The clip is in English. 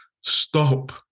stop